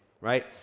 right